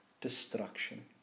destruction